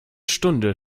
stunde